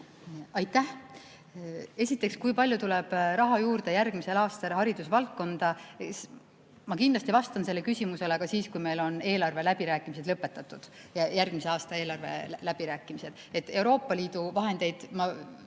Aitäh! Esiteks, kui palju tuleb raha juurde järgmisel aastal haridusvaldkonda? Ma kindlasti vastan sellele küsimusele siis, kui meil on eelarve läbirääkimised lõpetatud, järgmise aasta eelarve läbirääkimised. Euroopa Liidu vahendeid